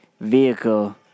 vehicle